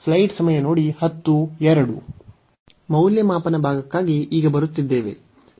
ಮೌಲ್ಯಮಾಪನ ಭಾಗಕ್ಕಾಗಿ ಈಗ ಬರುತ್ತಿದ್ದೇವೆ